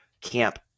camp